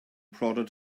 prodded